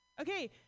Okay